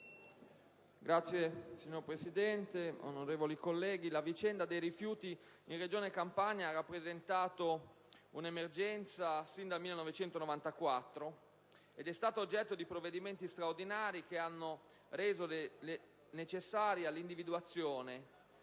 la vicenda dei rifiuti nella Regione Campania ha rappresentato un'emergenza sino dal 1994 ed è stata oggetto di provvedimenti straordinari che hanno reso necessaria l'individuazione